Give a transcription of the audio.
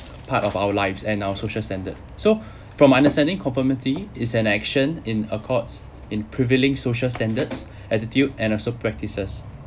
part of our lives and our social standard so from understanding conformity is an action in accords in prevailing social standards attitude and also practices